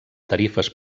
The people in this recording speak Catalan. tarifes